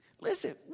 Listen